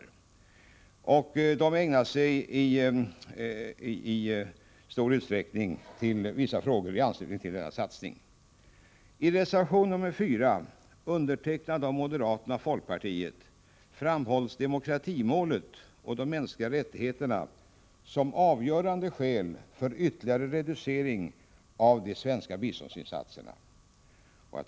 I reservationerna ägnar man sig i stor utsträckning åt vissa frågor i anslutning till det svenska engagemanget i Vietnam. I reservation 4, undertecknad av moderaterna och folkpartiet, framhålls demokratimålet och de mänskliga rättigheterna som avgörande skäl för ytterligare reducering av de svenska biståndsinsatserna.